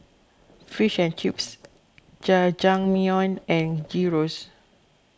Fish and Chips Jajangmyeon and Gyros